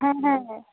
হ্যাঁ হ্যাঁ হ্যাঁ